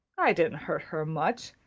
i didn't hurt her much.